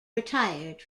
retired